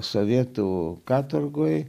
sovietų katorgoje